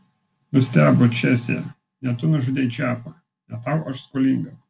nustebo česė ne tu nužudei čepą ne tau aš skolinga